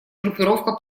группировка